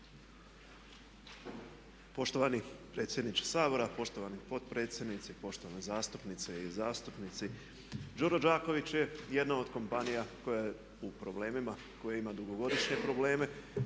Poštovani predsjedniče Sabora, poštovani potpredsjednici, poštovane zastupnice i zastupnici. Đuro Đaković je jednom od kompanija koja je u problemima, koja ima dugogodišnje probleme